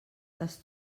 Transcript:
les